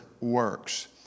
works